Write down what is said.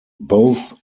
both